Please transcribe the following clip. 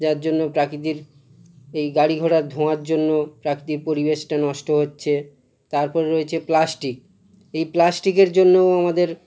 যার জন্য প্রকৃতির এই গাড়িঘোড়ার ধোঁয়ার জন্য প্রাকৃতিক পরিবেশটা নষ্ট হচ্ছে তারপরে রয়েছে প্লাস্টিক এই প্লাস্টিকের জন্যও আমাদের